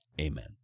amen